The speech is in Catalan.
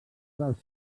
dels